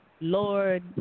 lord